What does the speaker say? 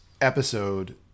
episode